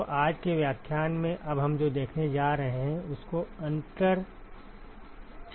तो आज के व्याख्यान में अब हम जो देखने जा रहे हैं उसको अंदर क्षेत्र विधि कहा जाता है